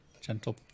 gentle